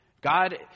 God